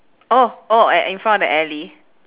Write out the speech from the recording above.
oh oh at in front of the alley